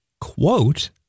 quote